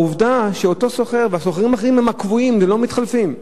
עובדה שאותו סוחר והסוחרים האחרים הם קבועים ולא מתחלפים.